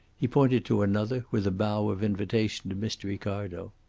he pointed to another, with a bow of invitation to mr. ricardo.